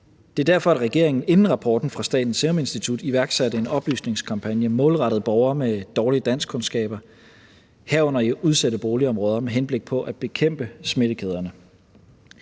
Det var derfor, regeringen inden rapporten fra Statens Serum Institut iværksatte en oplysningskampagne målrettet borgere med dårlige danskkundskaber, herunder i udsatte boligområder, med henblik på at bekæmpe smittekæderne,